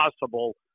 possible